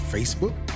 Facebook